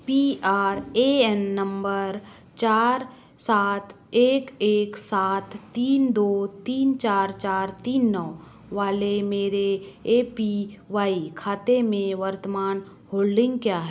P R A N number चार सात एक एक सात तीन दो तीन चार चार तीन नौ वाले मेरे ए पी वाई खाते में वर्तमान होल्डिंग क्या